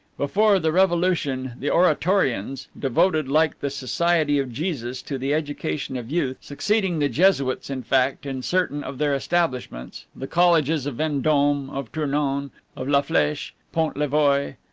before the revolution, the oratorians, devoted, like the society of jesus, to the education of youth succeeding the jesuits, in fact, in certain of their establishments the colleges of vendome, of tournon, of la fleche, pont-levoy,